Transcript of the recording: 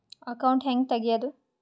Account ಹ್ಯಾಂಗ ತೆಗ್ಯಾದು?